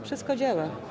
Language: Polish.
Wszystko działa.